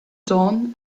dawn